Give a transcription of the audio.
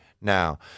Now